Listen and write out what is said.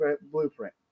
Blueprint